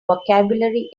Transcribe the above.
vocabulary